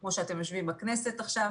כמו שאתם יושבים בכנסת עכשיו,